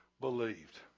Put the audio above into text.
believed